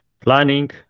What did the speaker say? planning